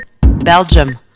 Belgium